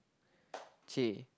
okay